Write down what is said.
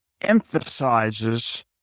emphasizes